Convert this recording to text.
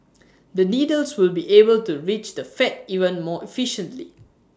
the needles will be able to reach the fat even more efficiently